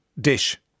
dish